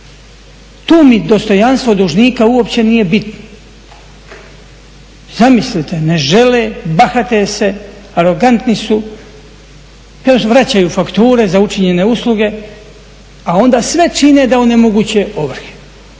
tu mi dostojanstvo dužnika uopće nije bitno. Zamislite ne žele, bahate se, arogantni su, još vraćaju fakture za učinjene usluge a onda sve čine da onemoguće ovrhe.